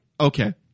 okay